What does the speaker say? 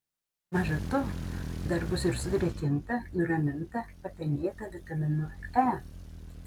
maža to dar bus ir sudrėkinta nuraminta papenėta vitaminu e